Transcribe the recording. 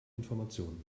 informationen